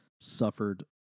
suffered